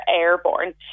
airborne